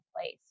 place